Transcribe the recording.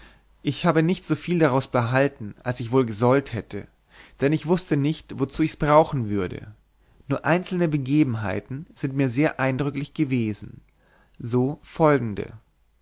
ich habe nicht soviel daraus behalten als ich wohl gesollt hätte denn ich wußte nicht wozu ichs brauchen würde nur einzelne begebenheiten sind mir sehr eindrücklich gewesen so folgende